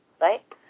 right